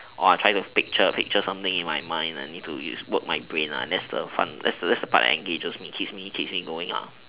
or I try to picture picture something in my mind and use to work my brain that's the fun that's the that's the part that engages me keeps me keeps me going